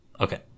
Okay